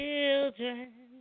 Children